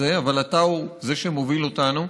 אבל אתה הוא שמוביל אותנו.